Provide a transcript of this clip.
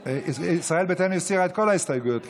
ישראל ביתנו הסירה את כל ההסתייגויות,